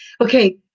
Okay